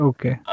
Okay